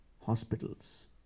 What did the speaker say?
hospitals